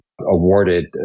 awarded